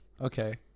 Okay